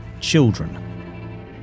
children